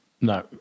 no